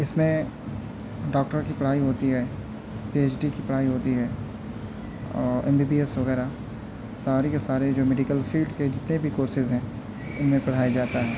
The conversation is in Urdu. اس میں ڈاکٹر کی پڑھائی ہوتی ہے پی ایچ ڈی کی پڑھائی ہوتی ہے اور ایم بی بی ایس وغیرہ سارے کے سارے جو میڈیکل فیلڈ کے جتنے بھی کورسیز ہیں ان میں پڑھایا جاتا ہے